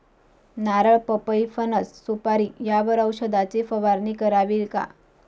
नारळ, पपई, फणस, सुपारी यावर औषधाची फवारणी करावी का?